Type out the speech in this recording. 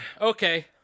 okay